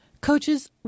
Coaches